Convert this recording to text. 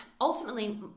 ultimately